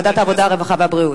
ועדת העבודה, הרווחה והבריאות.